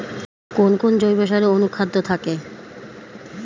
কোন কোন জৈব সারে অনুখাদ্য থাকে?